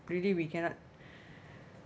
really we cannot